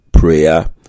prayer